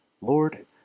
Lord